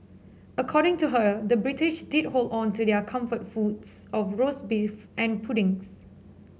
according to her the British did hold on to their comfort foods of roast beef and puddings